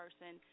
person